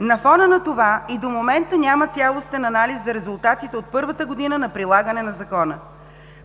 На фона на това и до момента няма цялостен анализ за резултатите от първата година на прилагане на Закона.